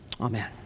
Amen